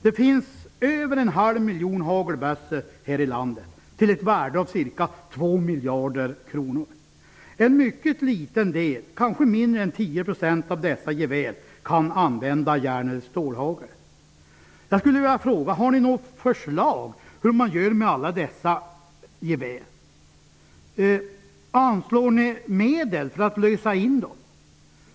Det finns över en halv miljon hagelbössor här i landet, och deras värde uppgår till ca 2 miljarder kronor. En mycket liten del, kanske mindre än 10 %, av dessa gevär kan använda järn eller stålhagel. Jag skulle vilja fråga: Har ni något förslag om hur man skall göra med alla dessa gevär? Vill ni anslå medel för att lösa in dem?